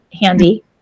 Handy